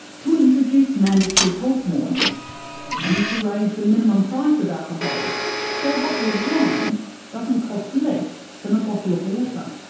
to introduce mandatory health warnings and to raise the minimum price of alcohol so a bottle of wine doesn't cost less than a bottle of water.